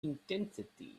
intensity